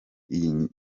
iyi